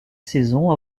saison